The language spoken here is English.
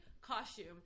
costume